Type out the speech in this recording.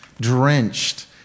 drenched